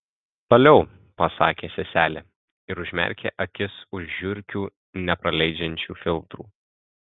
toliau pasakė seselė ir užmerkė akis už žiurkių nepraleidžiančių filtrų